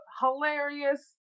hilarious